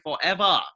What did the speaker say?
forever